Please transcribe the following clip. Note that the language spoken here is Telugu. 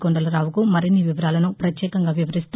కొండలరావుకు మరిన్ని వివరాలను పత్యేకంగా వివరిస్తూ